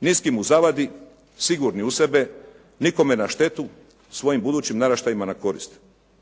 ni s kim u zavadi, sigurni u sebe, nikome na štetu, svojim budućim naraštajima na korist.